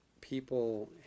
people